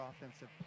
offensive